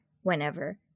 whenever